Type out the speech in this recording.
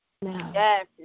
Yes